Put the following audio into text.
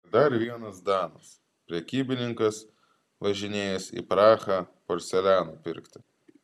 ir dar vienas danas prekybininkas važinėjęs į prahą porceliano pirkti